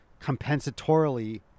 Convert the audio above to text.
compensatorily